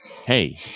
hey